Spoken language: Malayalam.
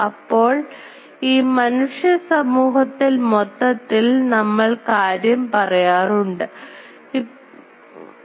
അപ്പോൾ ഈ മനുഷ്യസമൂഹത്തിൽ മൊത്തത്തിൽ നമ്മൾ കാര്യം പറയാറുണ്ട് ഉണ്ട്